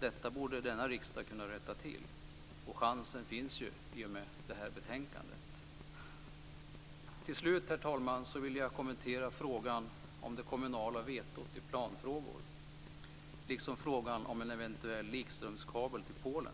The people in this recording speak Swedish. Detta borde denna riksdag kunna rätta till, och chansen finns ju i och med det här betänkandet. Till slut, herr talman, vill jag kommentera frågan om det kommunala vetot i planfrågor, liksom frågan om en eventuell likströmskabel till Polen.